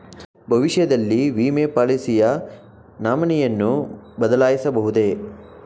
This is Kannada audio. ಭವಿಷ್ಯದಲ್ಲಿ ವಿಮೆ ಪಾಲಿಸಿಯ ನಾಮಿನಿಯನ್ನು ಬದಲಾಯಿಸಬಹುದೇ?